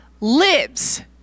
lives